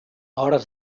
hores